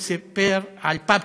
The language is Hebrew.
וסיפר על פפיצ'ק.